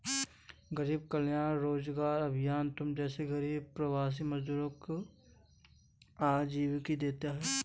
गरीब कल्याण रोजगार अभियान तुम जैसे गरीब प्रवासी मजदूरों को आजीविका देगा